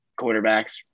quarterbacks